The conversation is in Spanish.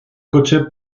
coche